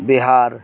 Bihar